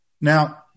Now